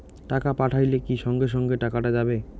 টাকা পাঠাইলে কি সঙ্গে সঙ্গে টাকাটা যাবে?